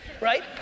right